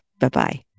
Bye-bye